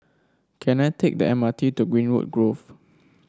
can I take the M R T to Greenwood Grove